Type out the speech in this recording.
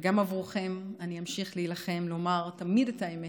וגם עבורכם אני אמשיך להילחם לומר תמיד את האמת,